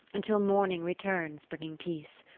until morning returns bringing peace.